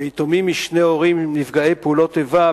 ליתומים משני הורים נפגעי פעולות איבה,